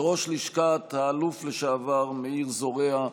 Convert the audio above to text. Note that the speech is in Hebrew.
וראש לשכת האלוף לשעבר מאיר זורע,